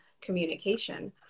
communication